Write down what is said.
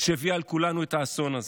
שהביאה על כולנו את האסון הזה.